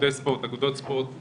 אגודות ספורט,